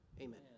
Amen